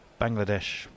Bangladesh